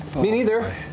me neither.